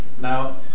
Now